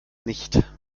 nicht